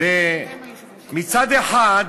מצד אחד,